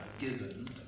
given